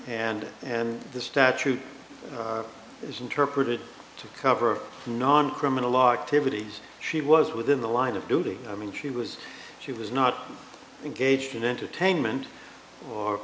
and the statute is interpreted to cover non criminal law activities she was within the line of duty i mean she was she was not engaged in entertainment or